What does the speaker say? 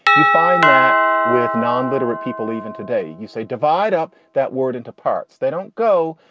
you find that with non literate people. even today, you say divide up that word into parts. they don't go.